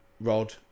Rod